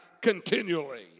continually